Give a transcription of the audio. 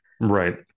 right